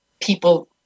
people